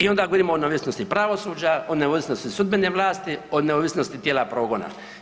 I onda govorimo o neovisnosti pravosuđa, o neovisnosti sudbene vlasti, o neovisnosti djela progona.